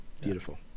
beautiful